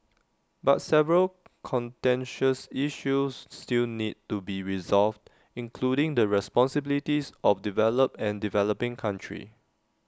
but several contentious issues still need to be resolved including the responsibilities of developed and developing countries